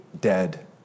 dead